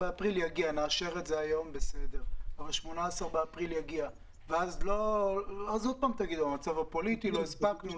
התהליך הזה צריך להיות מושלם באיזה שהוא שלב,